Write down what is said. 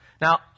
Now